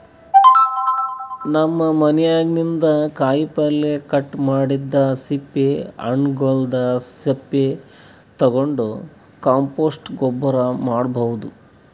ನಮ್ ಮನ್ಯಾಗಿನ್ದ್ ಕಾಯಿಪಲ್ಯ ಕಟ್ ಮಾಡಿದ್ದ್ ಸಿಪ್ಪಿ ಹಣ್ಣ್ಗೊಲ್ದ್ ಸಪ್ಪಿ ತಗೊಂಡ್ ಕಾಂಪೋಸ್ಟ್ ಗೊಬ್ಬರ್ ಮಾಡ್ಭೌದು